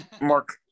Mark